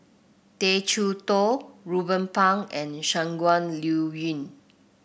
Tay Chee Toh Ruben Pang and Shangguan Liuyun